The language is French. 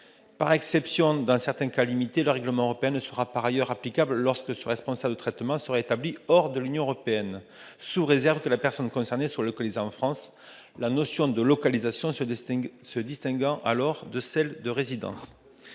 Par exception, dans certains cas limités, le règlement européen sera par ailleurs applicable lorsque ce responsable de traitement sera établi hors de l'Union européenne, sous réserve que la personne concernée soit localisée en France, la notion de localisation se distinguant de celle de résidence.